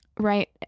Right